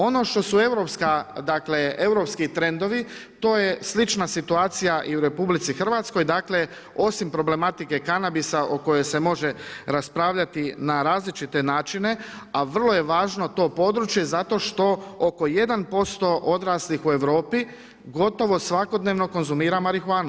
Ono što su europski trendovi to je slična situacija i u RH dakle osim problematike kanabisa o kojoj se može raspravljati na različite načine, a vrlo je važno to područje zato što oko 1% odraslih u Europi gotovo svakodnevno konzumira marihuanu.